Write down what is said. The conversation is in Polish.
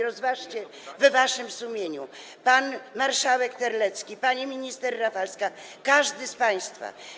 Rozważcie to w waszym sumieniu, panie marszałku Terlecki, pani minister Rafalska, każdy z państwa.